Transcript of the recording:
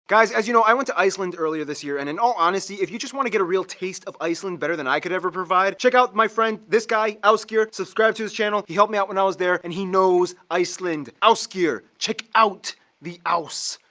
guys, as you know, i went to iceland earlier this year and in all honesty if you just want to get a real taste of iceland better than i could ever provide. check out my friend, this guy, asgeir. subscribe to his channel. he helped me out when i was there and he knows iceland. asgeir. check out the as.